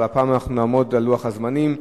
אבל הפעם אנחנו נעמוד בלוח הזמנים.